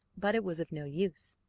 but it was of no use,